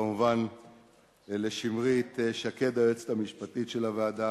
כמובן לשמרית שקד, היועצת המשפטים של הוועדה.